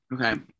Okay